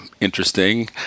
interesting